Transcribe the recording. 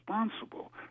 responsible